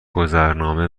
گذرنامه